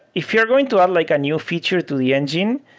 if you're going to add like a new feature to the engine,